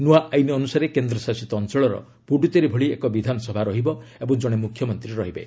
ନୂଆ ଆଇନ୍ ଅନୁସାରେ କେନ୍ଦ୍ରଶାସିତ ଅଞ୍ଚଳର ପୁଡ଼ୁଚେରୀ ଭଳି ଏକ ବିଧାନସଭା ରହିବ ଏବଂ ଜଣେ ମୁଖ୍ୟମନ୍ତ୍ରୀ ରହିବେ